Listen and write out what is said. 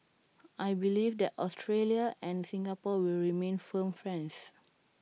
I believe that Australia and Singapore will remain firm friends